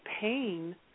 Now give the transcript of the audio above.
pain